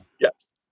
Yes